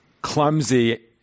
clumsy